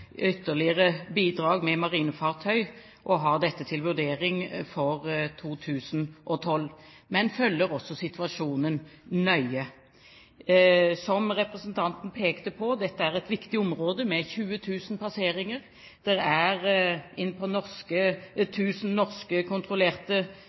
ytterligere bidrag med marinefartøy. Vi har dette til vurdering for 2012, men følger også situasjonen nøye. Som representanten pekte på, er dette et viktig område med 20 000 passeringer og innpå 1 000 norskkontrollerte skip. Det er